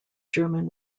german